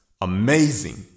Amazing